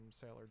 sailor